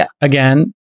again